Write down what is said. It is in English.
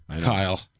Kyle